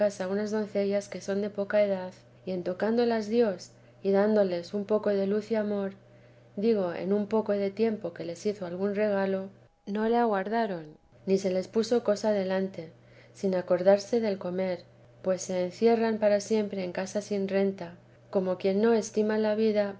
unas doncellas que son de poca edad y en tocándolas dios y dándoles un poco de luz y amor digo en un poco de tiempo que les hizo algún regalo no le aguardaron ni se les puso cosa delante sin acordarse del comer pues se encierran para siempre en casa sin renta como quien no estima la vida